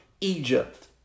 Egypt